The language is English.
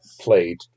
played